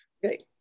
Great